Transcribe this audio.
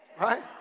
Right